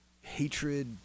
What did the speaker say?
hatred